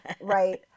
right